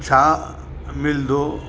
छा मिलंदो